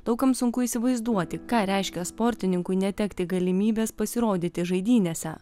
daug kam sunku įsivaizduoti ką reiškia sportininkui netekti galimybės pasirodyti žaidynėse